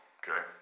okay